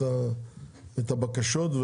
את הבקשות,